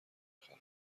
میخرم